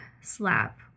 slap